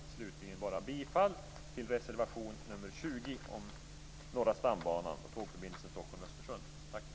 Slutligen yrkar jag bifall till reservation nr 20 om Norra stambanan och tågförbindelsen